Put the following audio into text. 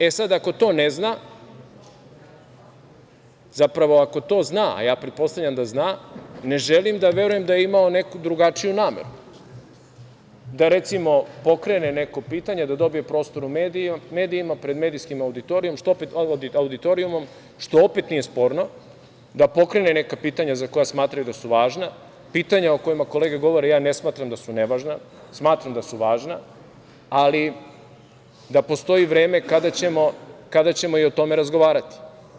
E, sad, ako to ne zna, zapravo, ako to zna, a ja pretpostavljam da zna, ne želim da verujem da je imao neku drugačiju nameru, da, recimo, pokrene neko pitanje, da dobije prostor u medijima, pred medijskim auditorijumom, što opet nije sporno da pokrene neka pitanja za koja smatraju da su važna, pitanja o kojima kolega govori ja ne smatram da su nevažna, smatram da su važna, ali da postoji vreme kada ćemo i o tome razgovarati.